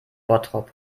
bottrop